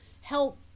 help